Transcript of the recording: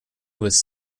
was